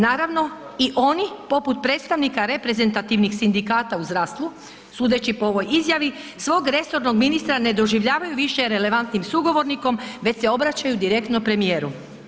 Naravno, i oni poput predstavnika reprezentativnih sindikata u zdravstvu, sudeći po ovoj izjavi, svog resornog ministra ne doživljavaju više relevantnim sugovornikom već se obraćaju direktno premijeru.